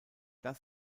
das